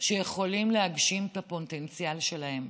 שיכולים להגשים את הפוטנציאל שלהם?